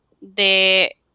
de